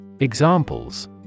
Examples